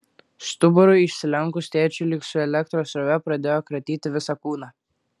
stuburui išsilenkus tėčiui lyg su elektros srove pradėjo kratyti visą kūną